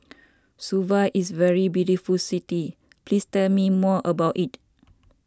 Suva is very beautiful city please tell me more about it